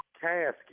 casket